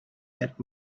that